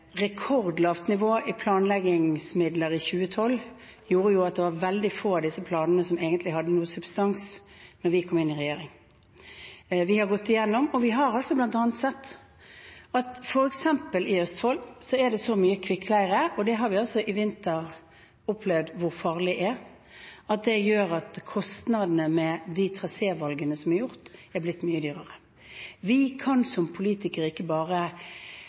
Rekordlavt nivå på planleggingsmidler i 2012 gjorde at det var veldig få av disse planene som egentlig hadde noen substans da vi kom inn i regjering. Vi har gått igjennom, og vi har sett at f.eks. i Østfold er det så mye kvikkleire – og vi har opplevd i vinter hvor farlig det er – at kostnadene, med de trasévalgene som er gjort, er blitt mye høyere. Vi kan som politikere ikke bare